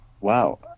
Wow